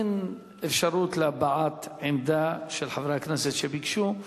אין אפשרות להבעת עמדה של חברי הכנסת שביקשו.